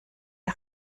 der